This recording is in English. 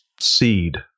seed